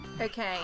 Okay